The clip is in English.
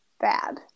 bad